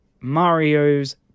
Mario's